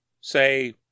say